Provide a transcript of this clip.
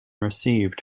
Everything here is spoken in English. received